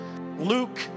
Luke